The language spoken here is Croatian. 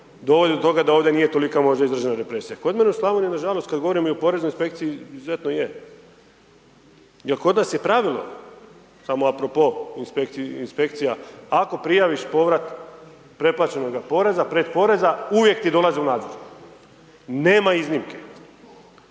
dovodi to toga da ovdje nije tolika možda izražena represija. Kod mene u Slavoniji nažalost kad govorimo i o poreznoj inspekciji, izuzetno je, jer kod nas je pravilo, samo a pro po inspekcija ako prijaviš povrat preplaćenoga poreza, pretporeza, uvijek ti dolazi u nadzor, nema iznimke.